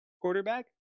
quarterback